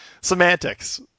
Semantics